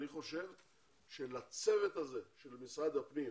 אני חושב שצריך לצרף אותו לצוות הזה של משרד הפנים.